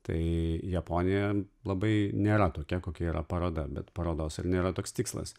tai japonija labai nėra tokia kokia yra paroda bet parodos ir nėra toks tikslas